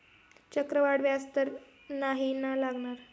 चक्रवाढ व्याज तर नाही ना लागणार?